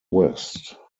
west